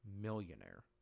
millionaire